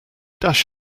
dash